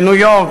בניו-יורק,